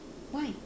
why